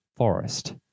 Forest